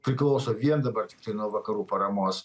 priklauso vien dabar tiktai nuo vakarų paramos